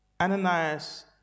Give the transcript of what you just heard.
Ananias